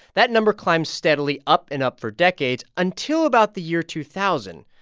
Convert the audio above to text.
that number climbed steadily up and up for decades until about the year two thousand.